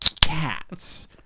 Cats